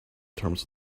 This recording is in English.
terms